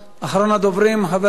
חבר הכנסת נסים זאב,